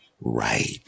right